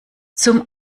zum